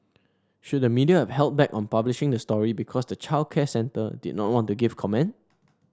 should the media have held back on publishing the story because the childcare centre did not want to give comment